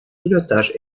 pilotage